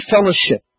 fellowship